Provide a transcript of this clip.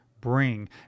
bring